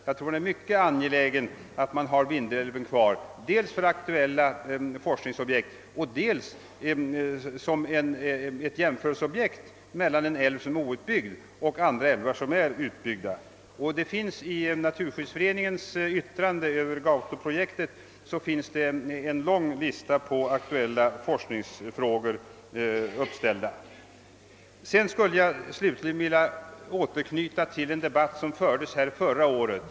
Enligt min mening är det mycket angeläget att behålla Vindelälven outbyggd dels för aktuella forskningsobjekt och dels för att möjliggöra jämförelse mellan en outbyggd älv och andra, utbyggda älvar. Det finns också i naturskyddsföreningens yttrande över Gautoprojektet en lång lista över aktuella forskningsfrågor. Jag skulle nu vilja återknyta till en debatt, som fördes här förra året.